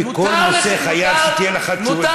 בכל נושא אתה חייב שתהיה לך תשובה,